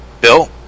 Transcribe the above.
Bill